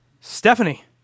Stephanie